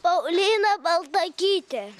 paulina baltakytė